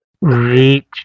reach